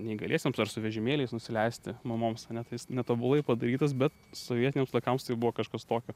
neįgaliesiems ar su vežimėliais nusileisti mamoms ane tai jis netobulai padarytas bet sovietiniams laikams tai jau buvo kažkas tokio